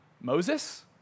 Moses